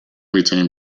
retain